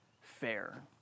fair